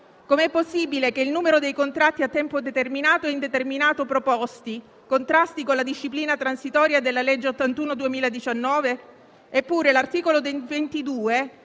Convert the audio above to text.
Com'è possibile che il numero dei contratti a tempo determinato e indeterminato proposti contrasti con la disciplina transitoria della legge n. 81 del 2019? Eppure la norma